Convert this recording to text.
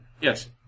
Yes